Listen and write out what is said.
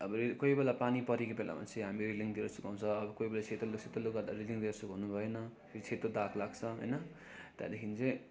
अब कोही बेला पानी परेको बेलामा चाहिँ हामी रेलिङतिर सुकाउँछ कोही बेला सेतो न सेतो लुगा त रेलिङतिर सुकाउनु भएन सेतो दाग लाग्छ होइन त्यहाँदेखिन् चाहिँ